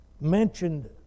mentioned